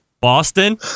Boston